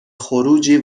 خروجی